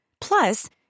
Plus